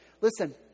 Listen